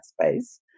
space